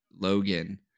logan